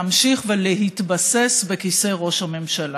להמשיך ולהתבסס בכיסא ראש הממשלה.